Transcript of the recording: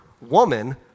woman